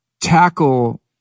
tackle